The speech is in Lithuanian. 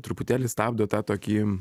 truputėlį stabdo tą tokį